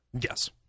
Yes